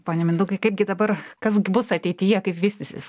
pone mindaugai kaipgi dabar kas bus ateityje kaip vystysis